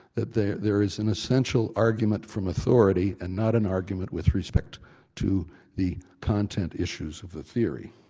that there there is an essential argument from authority and not an argument with respect to the content issues of the theory.